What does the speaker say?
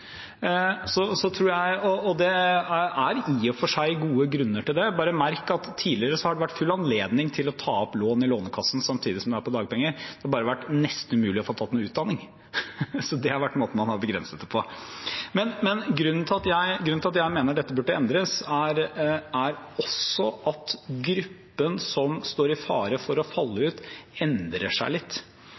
Så det har vært måten man har begrenset det på. Men grunnen til at jeg mener dette burde endres, er også at gruppen som står i fare for å falle ut, endrer seg litt.